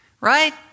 Right